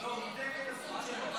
לא, הוא נותן לי את הזכות שלו.